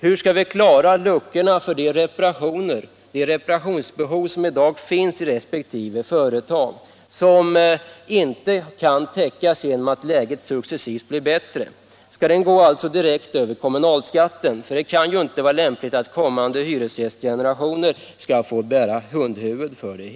Hur skall vi klara luckorna och möta de reparationsbehov som i dag finns och som inte kan täckas genom att läget successivt blir bättre? Skall det betalas direkt över kommunalskatten? Det kan ju inte vara lämpligt att kommande hyresgästgenerationer skall få bära hundhuvudet.